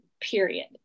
period